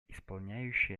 исполняющий